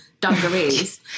dungarees